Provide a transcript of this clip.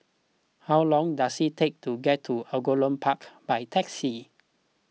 how long does it take to get to Angullia Park by taxi